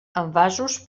envasos